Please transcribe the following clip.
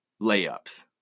layups